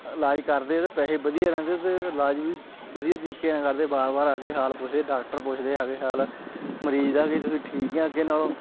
ਇਲਾਜ ਕਰਦੇ ਅਤੇ ਪੈਸੇ ਵਧੀਆ ਰਹਿੰਦੇ ਅਤੇ ਇਲਾਜ ਵੀ ਵਧੀਆ ਤਰੀਕੇ ਨਾਲ ਕਰਦੇ ਬਾਰ ਬਾਰ ਆ ਕੇ ਹਾਲ ਪੁੱਛਦੇ ਡਾਕਟਰ ਪੁੱਛਦੇ ਆ ਕੇ ਹਾਲ ਮਰੀਜ਼ ਦਾ ਕਿ ਤੁਸੀਂ ਠੀਕ ਆ ਅੱਗੇ ਨਾਲੋਂ